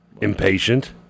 Impatient